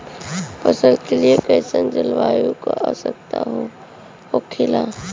फसल के लिए कईसन जलवायु का आवश्यकता हो खेला?